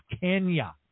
Kenya